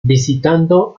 visitando